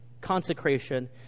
consecration